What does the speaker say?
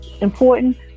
important